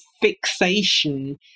fixation